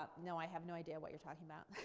ah no, i have no idea what you're talking about.